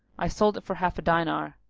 i sold it for half a diner,